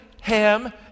Ham